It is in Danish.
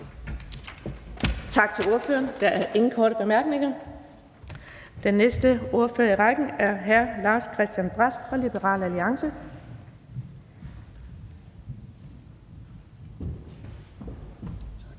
Tak til ordføreren. Der er ingen korte bemærkninger. Den næste ordfører i rækken er fru Charlotte Bagge Hansen. Kl.